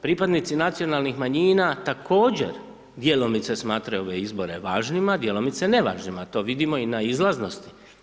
Pripadnici nacionalnih manjina također djelomice smatraju ove izbore važnima, djelomice nevažnima, to vidimo i na izlaznosti.